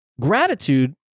Gratitude